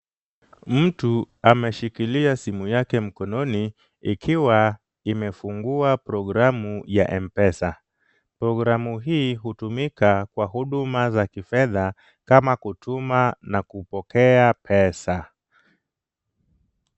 Mtu ameshikilia simu yake mkononi ikiwa imefungua programu ya mpesa. Programu hii hutumika kwa huduma za kifedha kama kutuma na kupokea pesa.